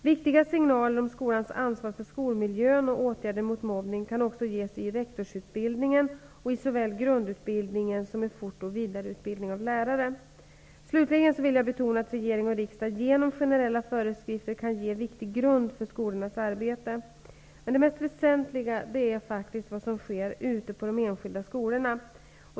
Viktiga signaler om skolans ansvar för skolmiljön och åtgärder mot mobbning kan också ges i rektorsutbildningen och i såväl grundutbildningen som fort och vidareutbildningen av lärare. Slutligen vill jag betona att regering och riksdag genom generella föreskrifter kan ge en viktig grund för skolornas arbete. Men det mest väsentliga är faktiskt vad som sker ute på de enskilda skolorna.